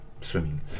swimming